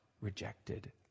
rejected